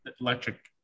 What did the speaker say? electric